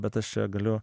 bet aš čia galiu